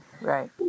Right